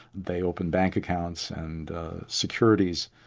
they open bank accounts and securities,